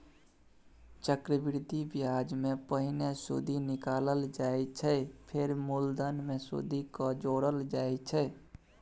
चक्रबृद्धि ब्याजमे पहिने सुदि निकालल जाइ छै फेर मुलधन मे सुदि केँ जोरल जाइ छै